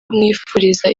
kumwifuriza